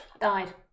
Died